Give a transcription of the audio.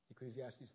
Ecclesiastes